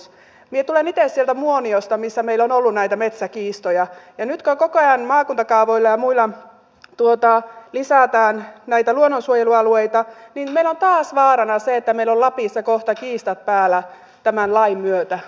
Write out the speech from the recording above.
minä tulen itse sieltä muoniosta missä meillä on ollut näitä metsäkiistoja ja nyt kun koko ajan maakuntakaavoilla ja muilla lisätään näitä luonnonsuojelualueita niin meillä on taas vaarana se että meillä on lapissa kohta kiistat päällä tämän lain myötä